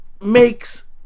makes